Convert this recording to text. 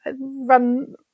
run